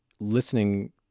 listening